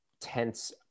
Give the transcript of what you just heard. tense